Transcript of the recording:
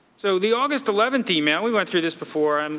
so the august eleven email, we went through this before, um